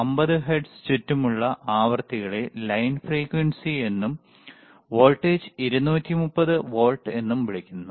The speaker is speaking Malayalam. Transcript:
50 ഹെർട്സ് ചുറ്റുമുള്ള ആവൃത്തികളെ ലൈൻ ഫ്രീക്വൻസി എന്നും വോൾട്ടേജ് 230 വോൾട്ട് എന്നും വിളിക്കുന്നു